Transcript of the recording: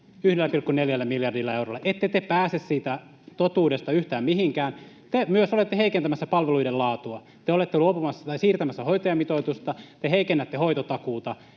1,4 miljardilla eurolla. Ette te pääse siitä totuudesta yhtään mihinkään. Te olette heikentämässä myös palveluiden laatua. Te olette siirtämässä hoitajamitoitusta, te heikennätte hoitotakuuta